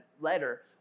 letter